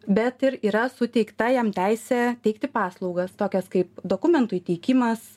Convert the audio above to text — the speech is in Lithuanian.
bet ir yra suteikta jam teisė teikti paslaugas tokias kaip dokumentų įteikimas